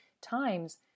times